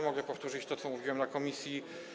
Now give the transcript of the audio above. Mogę powtórzyć to, co mówiłem w komisji.